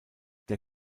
der